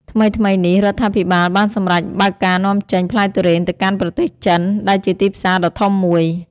ថ្មីៗនេះ រដ្ឋាភិបាលបានសម្រេចបើកការនាំចេញផ្លែទុរេនទៅកាន់ប្រទេសចិន ដែលជាទីផ្សារដ៏ធំមួយ។